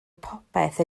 popeth